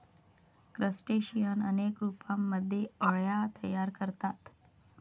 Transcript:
crustacean अनेक रूपांमध्ये अळ्या तयार करतात